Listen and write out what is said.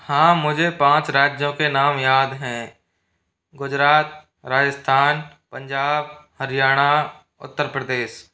हाँ मुझे पाँच राज्यों के नाम याद हैं गुजरात राजस्थान पंजाब हरियाणा उत्तर प्रदेश